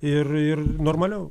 ir ir normaliau